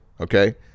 okay